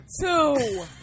two